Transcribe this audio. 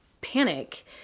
panic